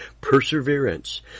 perseverance